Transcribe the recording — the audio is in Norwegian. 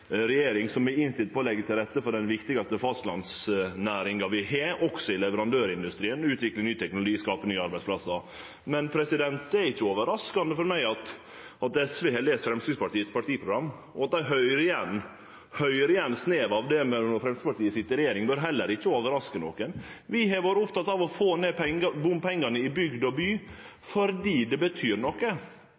regjering som er innstilt på å leggje til rette for den viktigaste fastlandsnæringa vi har, også i leverandørindustrien: utvikle ny teknologi, skape nye arbeidsplassar. Men det er ikkje overraskande for meg at SV har lese Framstegspartiets partiprogram, og at ein høyrer igjen eit snev av det når Framstegspartiet sit i regjering, bør heller ikkje overraske nokon. Vi har vore opptekne av å få ned bompengane i bygd og by fordi det betyr noko.